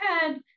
head